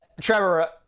Trevor